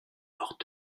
bords